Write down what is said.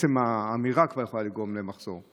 עצם האמירה כבר יכולה לגרום למחסור.